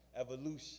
evolution